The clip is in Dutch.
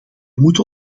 moeten